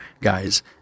guys